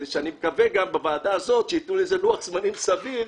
ואני מקווה בוועדה הזאת שייתנו לזה לוח-זמנים סביר,